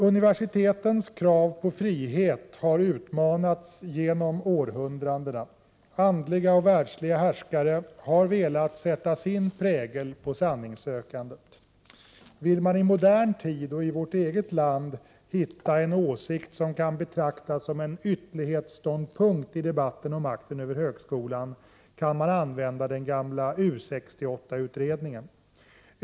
Universitetens krav på frihet har utmanats genom århundradena. Andliga och världsliga härskare har velat sätta sin prägel på sanningssökandet. Vill man i modern tid och i vårt eget land hitta en åsikt som kan betraktas som en ytterlighetsståndpunkt i debatten om makten över högskolan, kan man använda den gamla U 68-utredningen.